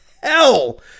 hell